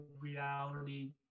reality